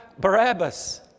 Barabbas